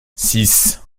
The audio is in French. six